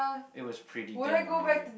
it was pretty dang amazing